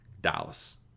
Dallas